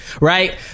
right